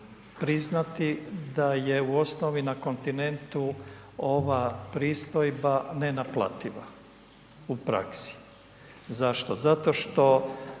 priznati da je u osnovi na kontinentu ova pristojba nenaplativa u praksi. Zašto, zato što